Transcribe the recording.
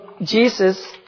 Jesus